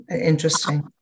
interesting